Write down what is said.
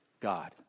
God